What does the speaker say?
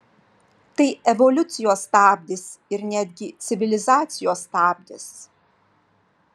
tai evoliucijos stabdis ir netgi civilizacijos stabdis